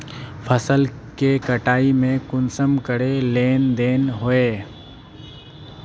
फसल के कटाई में कुंसम करे लेन देन होए?